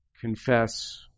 confess